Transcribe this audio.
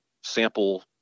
sample